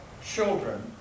children